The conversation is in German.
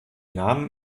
namen